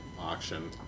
auction